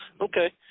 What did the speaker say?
Okay